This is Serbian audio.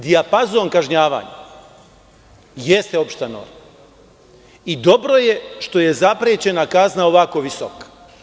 Dijapazon kažnjavanja jeste opšta norma i dobro je što je zaprećena kazna ovako visoka.